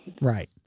Right